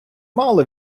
мало